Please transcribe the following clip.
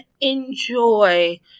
enjoy